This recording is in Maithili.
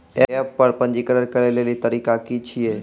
एप्प पर पंजीकरण करै लेली तरीका की छियै?